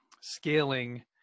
scaling